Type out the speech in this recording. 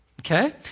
okay